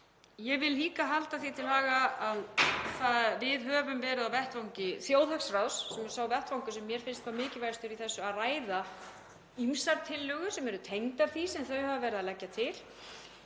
Ég vil líka halda því til haga að við höfum verið á vettvangi þjóðhagsráðs, sem er sá vettvangur sem mér finnst hvað mikilvægastur í þessu, að ræða ýmsar tillögur sem eru tengdar því sem þau hafa verið að leggja til.